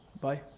bye